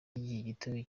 gito